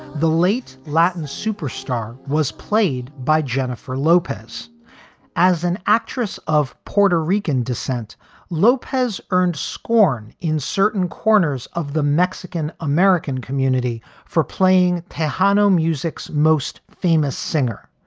the late latin superstar was played by jennifer lopez as an actress of puerto rican descent lopez earned scorn in certain corners of the mexican american community for playing piano music's most famous singer.